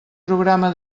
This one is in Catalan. programa